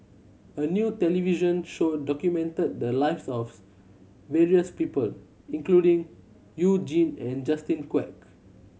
a new television show documented the lives of various people including You Jin and Justin Quek